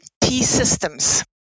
T-Systems